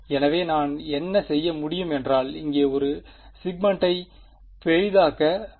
எனவே நான் என்ன செய்ய முடியும் என்றால் இங்கே ஒரு சிக்மென்டை பெரிதாக்க வேண்டும்